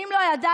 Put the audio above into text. אם לא ידעתם,